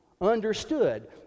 understood